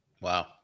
Wow